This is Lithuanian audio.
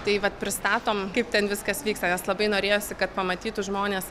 tai vat pristatom kaip ten viskas vyksta nes labai norėjosi kad pamatytų žmonės